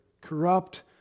corrupt